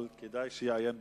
אבל כדאי שיעיין בתקנון,